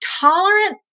tolerant